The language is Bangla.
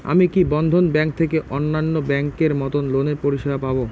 আমি কি বন্ধন ব্যাংক থেকে অন্যান্য ব্যাংক এর মতন লোনের পরিসেবা পাব?